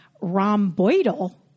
rhomboidal